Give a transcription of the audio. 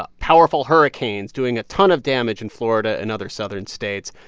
ah powerful hurricanes doing a ton of damage in florida and other southern states.